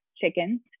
chickens